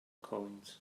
coins